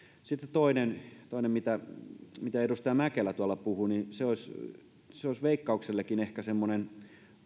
sitten toinen toinen mistä edustaja mäkelä puhui se olisi veikkauksellekin ehkä semmoinen